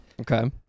Okay